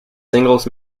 singles